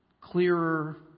clearer